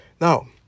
Now